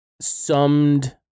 summed